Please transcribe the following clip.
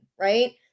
right